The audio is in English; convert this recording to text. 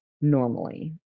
normally